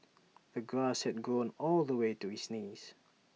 the grass had grown all the way to his knees